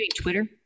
Twitter